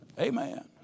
Amen